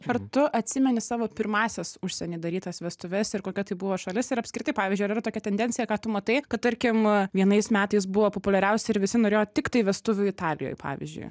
ar tu atsimeni savo pirmąsias užsieny darytas vestuves ir kokia tai buvo šalis ir apskritai pavyzdžiui ar yra tokia tendencija ką tu matai kad tarkim vienais metais buvo populiariausi ir visi norėjo tiktai vestuvių italijoj pavyzdžiui